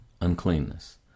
uncleanness